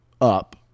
up